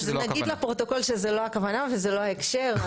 אז נגיד לפרוטוקול שזה לא הכוונה וזה לא ההקשר.